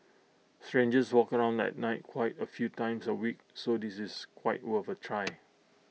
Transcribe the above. strangers walk around at night quite A few times A week so this is quite worth A try